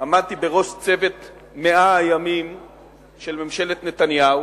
עמדתי בראש צוות 100 הימים של ממשלת נתניהו,